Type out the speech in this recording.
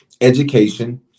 education